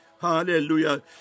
Hallelujah